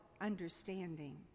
understanding